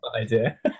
idea